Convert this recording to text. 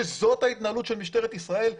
שזאת ההתנהלות של משטרת ישראל,